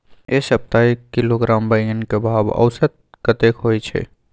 ऐ सप्ताह एक किलोग्राम बैंगन के भाव औसत कतेक होय छै?